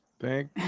thank